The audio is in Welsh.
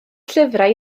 llyfrau